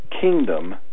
kingdom